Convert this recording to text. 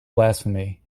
blasphemy